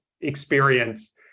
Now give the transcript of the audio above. experience